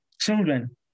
Children